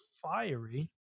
fiery